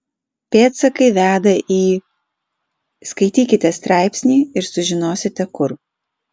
pėdsakai veda į skaitykite straipsnį ir sužinosite kur